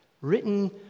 written